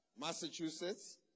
Massachusetts